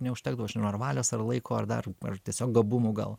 neužtekdavo aš nežinau ar valios ar laiko ar dar ar tiesiog gabumų gal